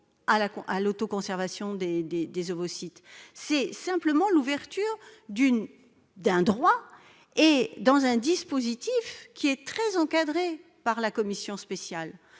à l'autoconservation des ovocytes ! Il s'agit simplement d'ouvrir un droit en créant un dispositif qui est très encadré par la commission spéciale.